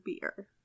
beer